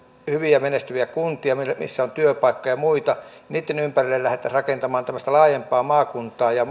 hyviä menestyviä kuntia missä on työpaikkoja ja muita niin niitten ympärille lähdettäisiin rakentamaan tämmöistä laajempaa maakuntaa ja